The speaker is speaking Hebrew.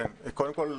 קודם כול,